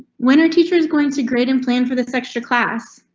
when are teachers going to grade and plan for this extra class?